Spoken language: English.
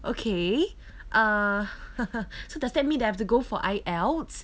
okay uh haha so does that mean that I have to go for I_E_L_T_S